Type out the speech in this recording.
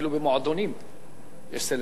אפילו במועדונים יש סלקציה.